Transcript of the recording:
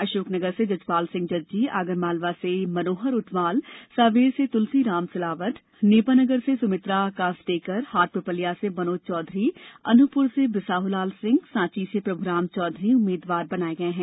अशोकनगर से जजपाल सिंह जज्जी आगर मालवा से मनोज ऊंटवाल सांवेर से तुलसीराम सिलावट नेपानगर से सुमित्रा कास्डेकर हाटपिपल्या से मनोज चौधरी अनूपपुर से बिसाहूलाल सिंह सांची से प्रभुराम चौधरी उम्मीदवार बनाए गए हैं